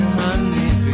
honey